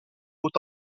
haut